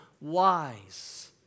wise